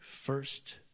first